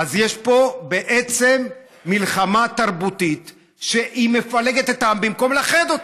אז יש פה בעצם מלחמה תרבותית שמפלגת את העם במקום לאחד אותו.